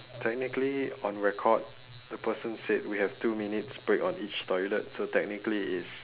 technically on record the person said we have two minutes breaks on each toilet so technically it's